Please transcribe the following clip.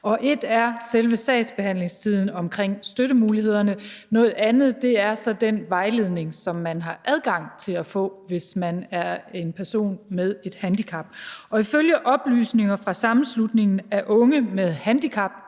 Ét er selve sagsbehandlingstiden omkring støttemulighederne, noget andet er den vejledning, som man så har adgang til at få, hvis man er en person med et handicap, og ifølge oplysninger fra Sammenslutningen af Unge Med Handicap,